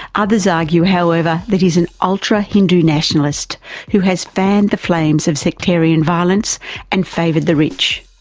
others argue however that he is an ultra hindu nationalist who has fanned the flames of sectarian violence and favoured the rich.